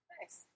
Nice